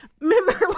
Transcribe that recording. remember